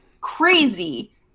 crazy